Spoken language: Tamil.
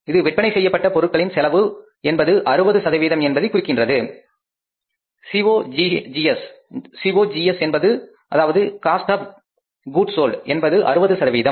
இது காஸ்ட் ஆப் கூட்ஸ் சோல்ட் என்பது 60 என்பதை குறிக்கின்றது COGS என்பது 60